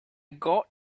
got